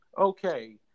Okay